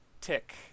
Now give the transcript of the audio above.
Tick